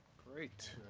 great.